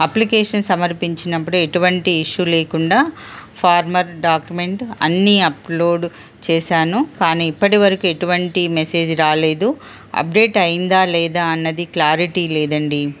application సమర్పించినప్పుడు ఎటువంటి issue లేకుండా ఫార్మర్ డాక్యుమెంట్ అన్నీ అప్లోడ్ చేసాను కానీ ఇప్పటి వరకు ఎటువంటి మెసేజ్ రాలేదు అప్డేట్ అయిందా లేదా అన్నది క్లారిటీ లేదండి